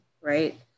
right